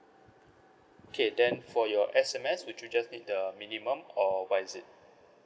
okay then for your S_M_S would you just need the minimum or what is it